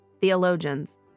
theologians